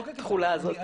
בסדר.